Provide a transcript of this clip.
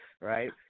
Right